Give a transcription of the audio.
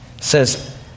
says